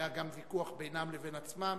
היה גם ויכוח בינם לבין עצמם.